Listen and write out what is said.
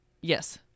Yes